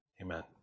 Amen